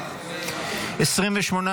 1 8 נתקבלו.